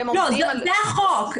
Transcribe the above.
זה החוק.